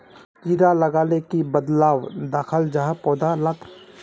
कीड़ा लगाले की बदलाव दखा जहा पौधा लात?